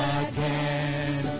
again